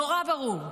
נורא ברור.